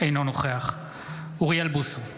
אינו נוכח אוריאל בוסו,